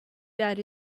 that